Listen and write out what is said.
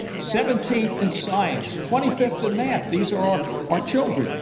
seventeenth in science, twenty fifth in math. these are our our children.